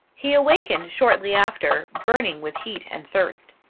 he awakened shortly after, burning with heat and thirst.